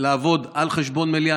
לעבוד על חשבון מליאה,